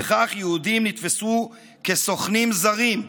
וכך, יהודים נתפסו כסוכנים זרים,